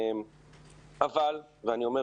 אבל לא ברור